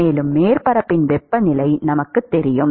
மேலும் மேற்பரப்பின் வெப்பநிலை நமக்குத் தெரியும்